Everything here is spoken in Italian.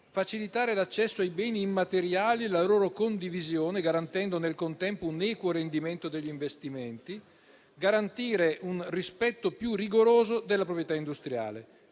facilitare l'accesso ai beni immateriali e la loro condivisione, garantendo nel contempo un equo rendimento degli investimenti, garantire un rispetto più rigoroso della proprietà industriale